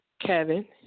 Kevin